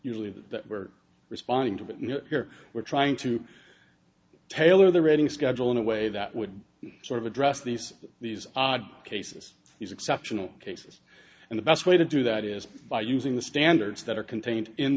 usually that we're responding to but here we're trying to taylor the reading schedule in a way that would sort of address these these cases is exceptional cases and the best way to do that is by using the standards that are contained in